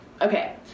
Okay